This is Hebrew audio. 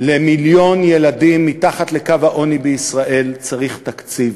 למיליון הילדים שמתחת לקו העוני בישראל צריך תקציב.